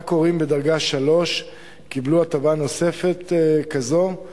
הורים בדרגה 3 קיבלו הטבה נוספת כזאת,